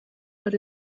but